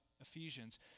Ephesians